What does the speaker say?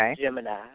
Gemini